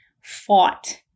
fought